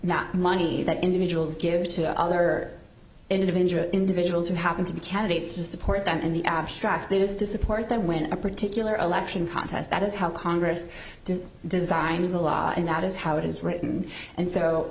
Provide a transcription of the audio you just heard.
my money that individual gives to other individual individuals who happen to be candidates to support them in the abstract it is to support them when a particular election contest that is how congress didn't design in the law and that is how it is written and so